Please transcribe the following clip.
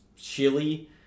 chili